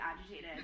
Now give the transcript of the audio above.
agitated